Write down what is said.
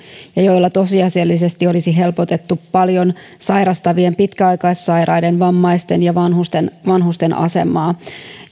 ja joilla tosiasiallisesti olisi helpotettu paljon sairastavien pitkäaikaissairaiden vammaisten ja vanhusten vanhusten asemaa